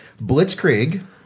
Blitzkrieg